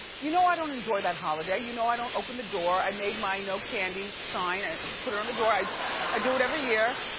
you know i don't enjoy that holiday, you know i don't open the door. i made my no candy sign and put it on the door. i i do it every year,